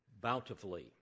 bountifully